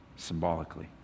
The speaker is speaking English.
symbolically